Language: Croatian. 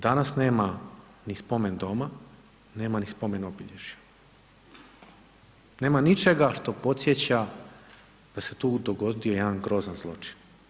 Danas nema ni spomen doma, nema ni spomen obilježja, nema ničega što podsjeća da se tu dogodio jedan grozan zločin.